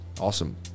Awesome